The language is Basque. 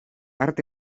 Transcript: arte